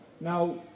Now